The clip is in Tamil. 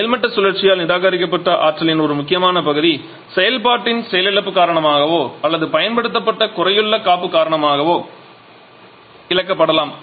மேல்மட்ட சுழற்சியால் நிராகரிக்கப்பட்ட ஆற்றலின் ஒரு முக்கியமான பகுதி செயல்பாட்டின் செயலிழப்பு காரணமாகவோ அல்லது பயன்படுத்தப்பட்ட குறையுள்ள காப்பு காரணமாகவோ இழக்கப்படலாம்